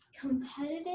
competitive